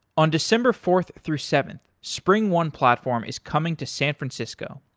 on december fourth through seventh, springone platform is coming to san francisco.